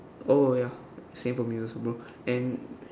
oh ya same for me also bro and